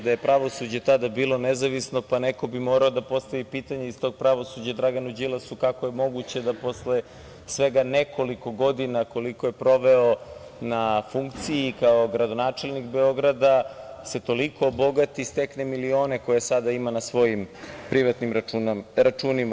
Da je pravosuđe tada bilo nezavisno, pa neko bi iz tog pravosuđa morao da postavi pitanje Draganu Đilasu – kako je moguće da posle svega nekoliko godina, koliko je proveo na funkciji kao gradonačelnik Beograda, se toliko obogati, stekne milione koje sada ima na svojim privatnim računima?